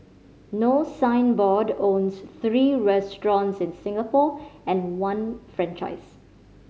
no signboard owns three restaurants in Singapore and one franchisee